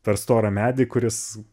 per storą medį kuris